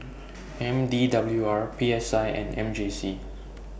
M D W R P S I and M J C